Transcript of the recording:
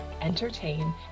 entertain